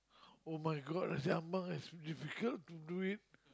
[oh]-my-God Nasi-Ambeng is difficult to do it